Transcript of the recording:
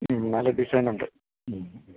മ് നല്ല ഡിസൈനുണ്ട് മ്